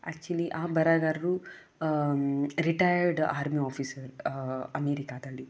actually ಆ ಬರಹಗಾರರು retired army officer ಅಮೆರಿಕಾದಲ್ಲಿ